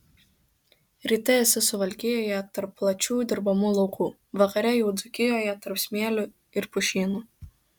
ryte esi suvalkijoje tarp plačių dirbamų laukų vakare jau dzūkijoje tarp smėlių ir pušynų